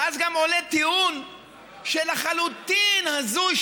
ואז גם עולה טיעון לחלוטין הזוי,